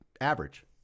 average